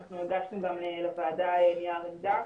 אנחנו הגשנו גם לוועדה נייר עמדה,